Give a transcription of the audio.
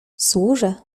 służę